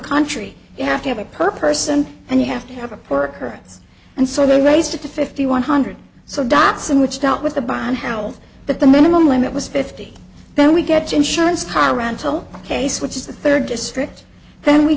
country you have to have it per person and you have to have a worker and so they raised it to fifty one hundred so datsun which dealt with the bond howell that the minimum limit was fifty then we get insurance car rental case which is the third district then we